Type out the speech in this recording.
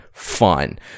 fine